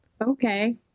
okay